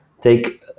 take